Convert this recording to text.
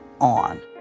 on